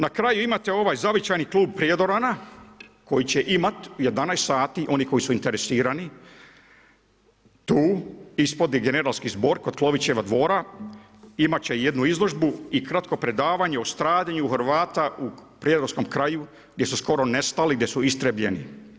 Na kraju imate ovaj zavičajni klub Prijedorana koji će imati u 11 sati, oni koji su interesirani tu ispod gdje je generalski zbor kod Klovićevih dvora imat će jednu izložbu i kratko predavanje o stradanju Hrvata u prijedorskom kraju gdje su skoro nestali, gdje su istrijebljeni.